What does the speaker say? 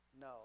no